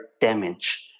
damage